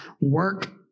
Work